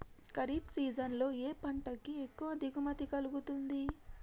Kharif season లో ఏ పంట కి ఎక్కువ దిగుమతి కలుగుతుంది?